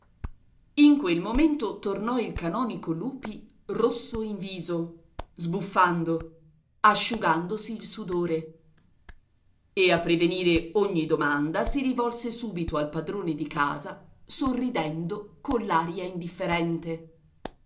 in quel momento tornò il canonico lupi rosso in viso sbuffando asciugandosi il sudore e a prevenire ogni domanda si rivolse subito al padrone di casa sorridendo coll'aria indifferente